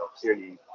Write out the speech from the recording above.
clearly